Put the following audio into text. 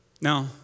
Now